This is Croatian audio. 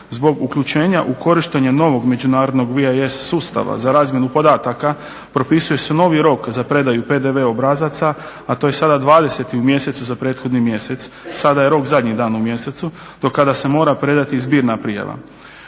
Zbog uključenja u korištenje novog međunarodnog VIES sustava za razmjenu podataka propisuje se novi rok za predaju PDV obrazaca a to je sada 20. u mjesecu za prethodni mjesec, sada je rok zadnji dan u mjesecu do kada se mora prodati i zbirna prijava.